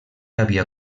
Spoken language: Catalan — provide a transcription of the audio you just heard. havia